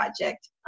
project